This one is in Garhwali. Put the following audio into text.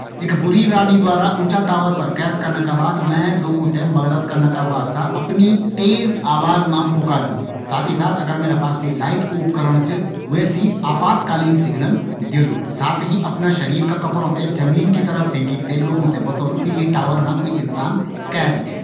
एक बुरी रानी द्वारा ऊंचा टावर मा कैद करना का बाद मैं लोगो थें मदद करना का वास्ता अपनी तेज आवाज मा पुकारलु। साथ ही साथ आगर मेरा पास कुई लाइट कू उपकरण च वी सी आपातकालीन सिग्नल देलु। साथ ही अपना शरीर का कपड़ों थें जमीन की तरफ फेंकिक थें लोगों थें बतोलु कि यी टॉवर मा कुई कैद च।